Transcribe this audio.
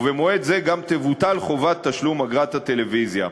ובמועד זה גם תבוטל חובת תשלום אגרת הטלוויזיה.